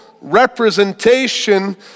representation